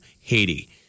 Haiti